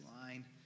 line